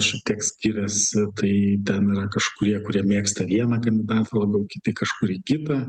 šiek tiek skiriasi tai ten yra kažkurie kurie mėgsta vieną kandidatą labiau kiti kažkurį kitą